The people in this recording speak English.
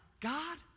God